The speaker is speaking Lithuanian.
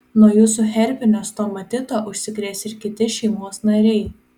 nuo jūsų herpinio stomatito užsikrės ir kiti šeimos nariai